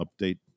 update